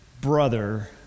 brother